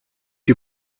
you